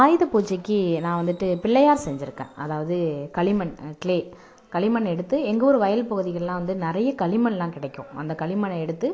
ஆயுத பூஜைக்கு நான் வந்துட்டு பிள்ளையார் செஞ்சுருக்கேன் அதாவது களிமண் க்ளே களிமண் எடுத்து எங்கள் ஊர் வயல் பகுதிகளெலாம் வந்து நிறைய களிமண்ணெலாம் கிடைக்கும் அந்த களிமண்ணை எடுத்து